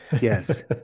yes